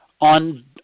on